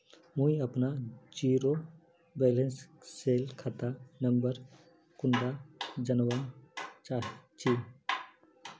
मुई अपना zero balance सेल खाता नंबर कुंडा जानवा चाहची?